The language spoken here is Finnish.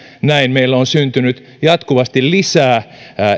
näin meille on syntynyt verojärjestelmään jatkuvasti lisää